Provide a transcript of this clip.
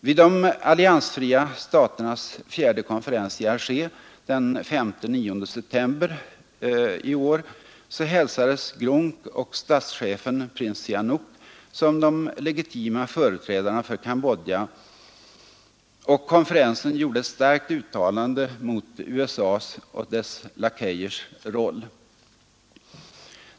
Vid de alliansfria staternas fjärde konferens i Alger den 5—9 september 1973 hälsades GRUNC och statschefen prins Sihanouk som de legitima företrädarna för Cambodja, och konferensen gjorde ett starkt uttalande mot USA:s och dess lakejers roll.